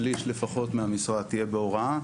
שליש לפחות מהמשרה תהיה בהוראה,